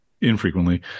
infrequently